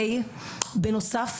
בנוסף,